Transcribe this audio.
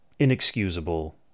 Inexcusable